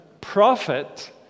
prophet